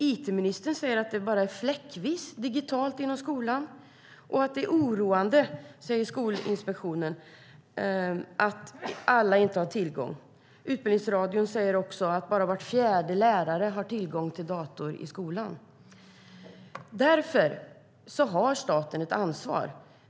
It-ministern säger att det bara är fläckvis digitalt inom skolan, och Skolinspektionen säger att det är oroande att alla inte har tillgång. Utbildningsradion säger också att bara var fjärde lärare har tillgång till dator i skolan. Därför har staten ett ansvar.